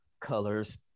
colors